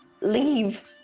leave